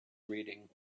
reading